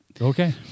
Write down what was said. Okay